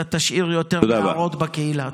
אתה תשאיר יותר נערות בקהילה.